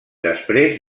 després